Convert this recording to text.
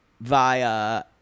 via